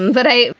but i,